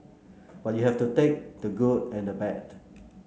but you have to take the good and the bad